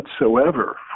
whatsoever